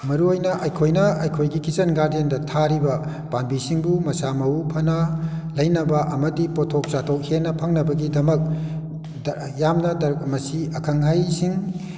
ꯃꯔꯨꯑꯣꯏꯅ ꯑꯩꯈꯣꯏꯅ ꯑꯩꯈꯣꯏꯒꯤ ꯀꯤꯠꯆꯟ ꯒꯥꯔꯗꯦꯟꯗ ꯊꯥꯔꯤꯕ ꯄꯥꯝꯕꯤꯁꯤꯡꯕꯨ ꯃꯁꯥ ꯃꯎ ꯐꯅ ꯂꯩꯅꯕ ꯑꯃꯗꯤ ꯄꯣꯊꯣꯛ ꯆꯥꯊꯣꯛ ꯍꯦꯟꯅ ꯐꯪꯅꯕꯒꯤꯗꯃꯛ ꯌꯥꯝꯅ ꯃꯁꯤ ꯑꯈꯪ ꯑꯍꯩꯁꯤꯡ